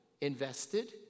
invested